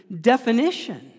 definition